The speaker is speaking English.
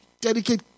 dedicate